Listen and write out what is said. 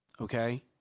okay